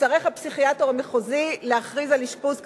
יצטרך הפסיכיאטר המחוזי להכריז על אשפוז כפוי.